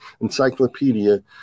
encyclopedia